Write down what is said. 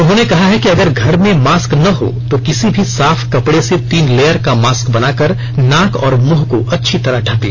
उन्होंने कहा है कि अगर घर में मास्क न हो तो किसी भी साफ कपड़े से तीन लेयर का मास्क बनाकर नाक और मुंह को अच्छी तरह ढक ले